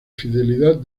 fidelidad